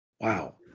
wow